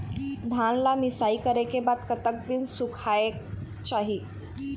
धान ला मिसाई करे के बाद कतक दिन सुखायेक चाही?